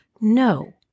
no